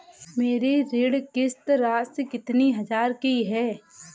मेरी ऋण किश्त राशि कितनी हजार की है?